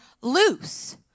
loose